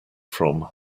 from